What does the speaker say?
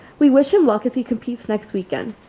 we wish him luck as he competes next weekend.